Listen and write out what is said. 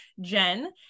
Jen